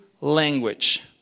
language